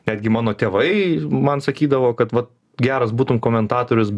netgi mano tėvai man sakydavo kad va geras būtum komentatorius